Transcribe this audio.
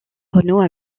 renoue